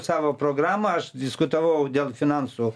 savo programą aš diskutavau dėl finansų